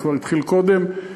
זה כבר התחיל קודם,